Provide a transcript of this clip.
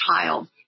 child